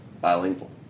bilingual